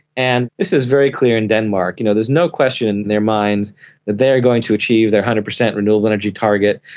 and this is very clear in denmark, you know there's no question in their minds that they are going to achieve their one hundred percent renewable energy target.